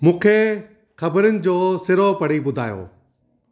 मुखे ख़बरुनि जो सिरो पढ़ी ॿुधायो